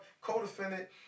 co-defendant